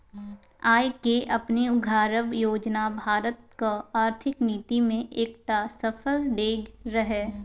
आय केँ अपने उघारब योजना भारतक आर्थिक नीति मे एकटा सफल डेग रहय